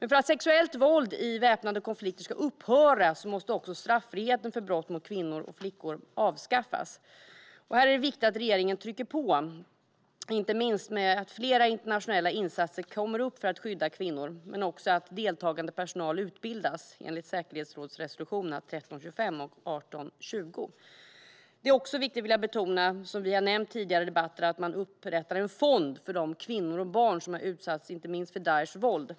För att sexuellt våld i väpnade konflikter ska upphöra måste också straffriheten för brott mot kvinnor och flickor avskaffas. Här är det viktigt att regeringen trycker på, inte minst genom fler internationella insatser för att skydda kvinnor. Men det är också viktigt att deltagande personal utbildas enligt säkerhetsrådsresolutionerna 1325 och 1820. Jag vill också betona att det är viktigt, som vi har nämnt i tidigare debatter, att man upprättar en fond för de kvinnor och barn som har utsatts inte minst för Daishs våld.